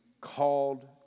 called